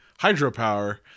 hydropower